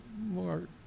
more